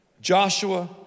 Joshua